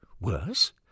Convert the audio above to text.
Worse